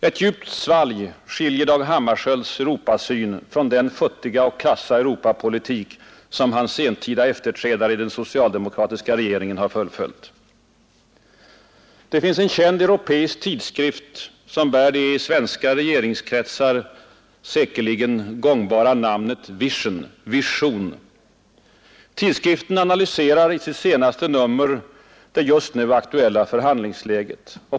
Ett djupt svalg skiljer Dag Hammarskjölds Europasyn från den futtiga och krassa Europapolitik som hans sentida efterträdare i den socialdemokratiska regeringen har fullföljt. Det finns en känd europeisk tidskrift, som bär det i svenska regeringskretsar säkerligen gångbara namnet ”Vision”. Tidskriften analyserar i sitt senaste nummer det just nu aktuella förhandlingsläget.